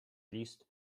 list